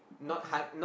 okay